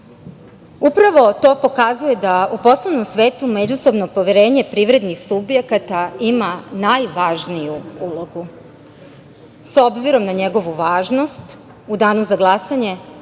poverljiv. To pokazuje da u poslovnom svetu međusobno poverenje privrednih subjekata ima najvažniju ulogu. S obzirom na njegovu važnost, u danu za glasanje